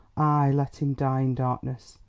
aye, let him die in darkness!